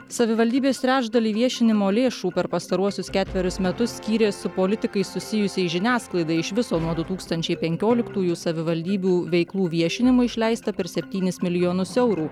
savivaldybės trečdalį viešinimo lėšų per pastaruosius ketverius metus skyrė su politikais susijusiai žiniasklaidai iš viso nuo du tūkstančiai penkioliktųjų savivaldybių veiklų viešinimui išleista per septynis milijonus eurų